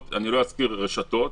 אני לא אזכיר שמות,